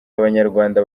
abanyarwanda